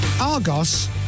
Argos